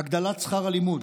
הגדלת שכר הלימוד,